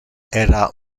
era